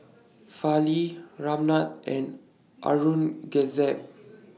Fali Ramnath and Aurangzeb